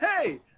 Hey